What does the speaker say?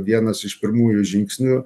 vienas iš pirmųjų žingsnių